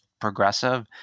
progressive